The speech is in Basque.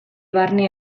barne